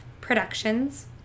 Productions